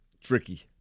tricky